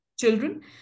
children